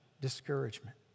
discouragement